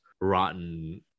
rotten